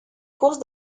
course